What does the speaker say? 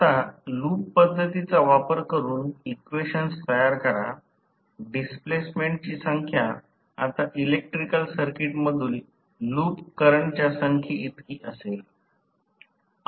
आता लूप पद्धतीचा वापर करुन इक्वेशन्स तयार करा डिस्प्लेसमेंटची संख्या आता इलेक्ट्रिकल सर्किटमधील लूप करंटच्या संख्ये इतकी असेल